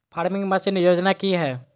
Farming machine योजना कि हैय?